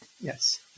Yes